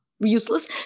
useless